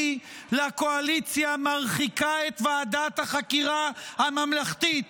לקואליציה מרחיקה את ועדת החקירה הממלכתית,